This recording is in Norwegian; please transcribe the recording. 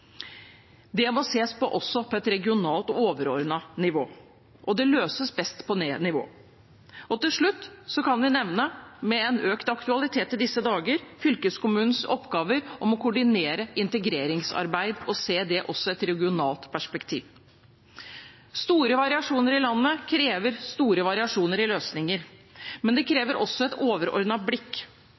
Det må ses på også på et regionalt og overordnet nivå, og det løses best på nederste nivå. Til slutt kan vi nevne – med en økt aktualitet i disse dager – fylkeskommunens oppgaver med å koordinere integreringsarbeid og se det også i et regionalt perspektiv. Store variasjoner i landet krever store variasjoner i løsninger, men det krever også et overordnet blikk.